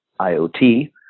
IoT